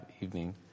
evening